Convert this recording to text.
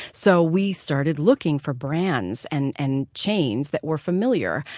so we started looking for brands and and chains that were familiar,